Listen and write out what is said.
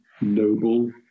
noble